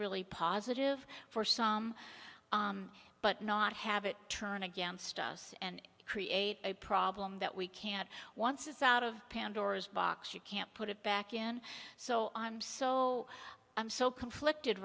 really positive for some but not have it turn against us and create a problem that we can't once it's out of pandora's box you can't put it back in so i'm so i'm so conflicted